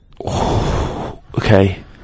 Okay